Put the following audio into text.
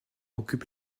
occupe